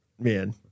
man